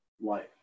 life